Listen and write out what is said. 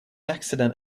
accident